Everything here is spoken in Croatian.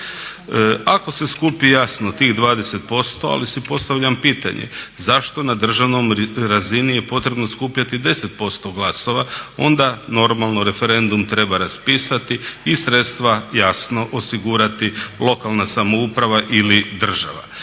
Ako se skupi jasno tih 20%, ali si postavljam pitanje zašto na državnoj razini je potrebno skupljati 10% glasova? Onda normalno referendum treba raspisati i sredstva jasno osigurati lokalna samouprava ili država.